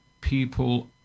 people